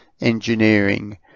engineering